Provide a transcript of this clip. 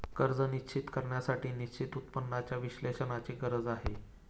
कर्ज निश्चित करण्यासाठी निश्चित उत्पन्नाच्या विश्लेषणाची गरज आहे